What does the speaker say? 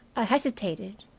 i hesitated.